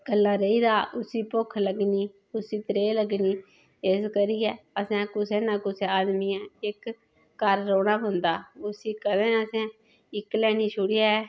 कल्ला रेही दा उसी भुक्ख लग्गनी उसी त्रेह् लग्गनी इस करियै असें कुसै ने कुसै आदमी ऐ इक घर रौहनी पोंदा उसी कदें असें इक्कला नेई छोड़ेआ ऐ